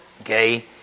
okay